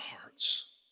hearts